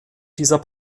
dieser